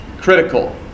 Critical